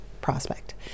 prospect